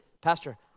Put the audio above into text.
Pastor